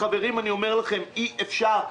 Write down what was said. חברים, אני אומר לכם, אי אפשר.